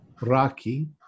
Raki